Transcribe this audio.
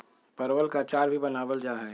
परवल के अचार भी बनावल जाहई